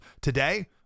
Today